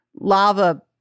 lava